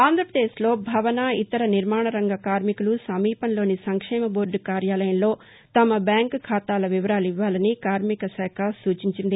ఆంధ్రప్రదేశ్లో భవన ఇతర నిర్మాణరంగ కార్మికులు సమీపంలోని సంక్షేమ బోర్డు కార్యాలయంలో తమ బ్యాంకు ఖాతాల వివరాలు ఇవ్వాలని కార్మికశాఖ సూచించింది